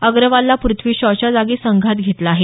अग्रवालला पृथ्वी शॉच्या जागी संघात घेतलं आहे